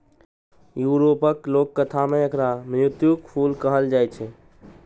यूरोपक लोककथा मे एकरा मृत्युक फूल कहल जाए छै